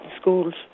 schools